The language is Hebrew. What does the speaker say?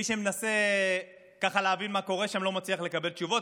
מי שמנסה להבין מה קורה שם לא מצליח לקבל תשובות.